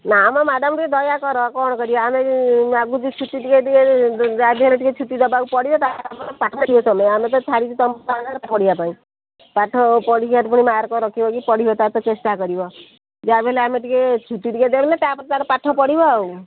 ନା ମ ମ୍ୟାଡ଼ାମ୍ ଟିକିଏ ଦୟାକର କ'ଣ କରିବା ଆମେ ମାଗୁଛୁ ଛୁଟି ଟିକିଏ ଟିକିଏ ଯାହା ବି ହେଲେ ଟିକିଏ ଛୁଟି ଦେବାକୁ ପଡ଼ିବ ଆମେ ତ ଛାଡ଼ିଛୁ ତୁମ ପାଖରେ ପଢ଼ିବା ପାଇଁ ପାଠ ପଢ଼ିକି ମାର୍କ ରଖିବ କି ତାର ତ ଚେଷ୍ଟା କରିବ ଯାହା ବି ହେଲେ ଆମେ ଟିକିଏ ଛୁଟି ଟିକିଏ ଦେଇଦେଲେ ତା'ପରେ ତାର ପାଠ ପଢ଼ିବ ଆଉ